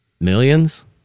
millions